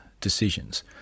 decisions